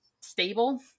stable